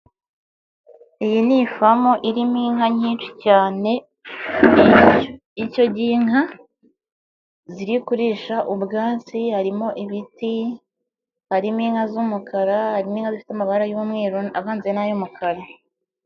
Iyi ni ifamu irimo inka nyinshi cyane n'inshyo, ishyo ry'inka ziri kurisha ubwatsi, harimo ibiti, harimo inka z'umukara, harimo inka zifite amabara y'umweru avanze n'ay'umukara.